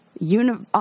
Univ